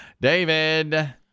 David